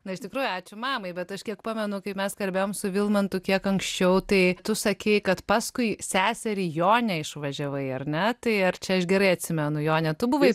na iš tikrųjų ačiū mamai bet aš kiek pamenu kai mes kalbėjom su vilmantu kiek anksčiau tai tu sakei kad paskui seserį jonę išvažiavai ar ne tai ar čia aš gerai atsimenu jone tu buvai